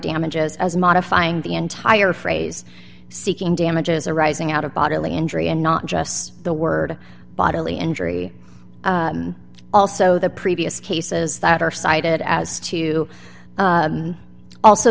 damages as modifying the entire phrase seeking damages arising out of bodily injury and not just the word bodily injury also the previous cases that are cited as to also